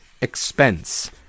expense